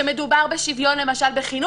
הוא שכשמדובר למשל בשוויון בחינוך,